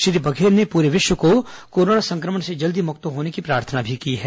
श्री बघेल ने पूरे विश्व को कोरोना संक्रमण से जल्दी मुक्त होने की प्रार्थना भी की है